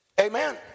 Amen